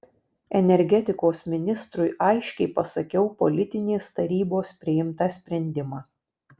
energetikos ministrui aiškiai pasakiau politinės tarybos priimtą sprendimą